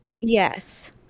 Yes